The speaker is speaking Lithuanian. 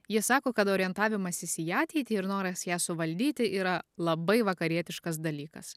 jis sako kad orientavimasis į ateitį ir noras ją suvaldyti yra labai vakarietiškas dalykas